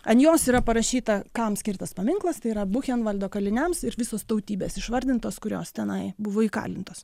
ant jos yra parašyta kam skirtas paminklas tai yra buchenvaldo kaliniams ir visos tautybės išvardintos kurios tenai buvo įkalintos